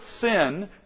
sin